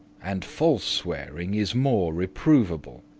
and false swearing is more reprovable.